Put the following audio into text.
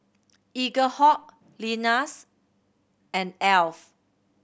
Eaglehawk Lenas and Alf